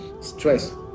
stress